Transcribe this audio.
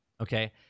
okay